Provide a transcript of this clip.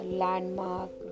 landmark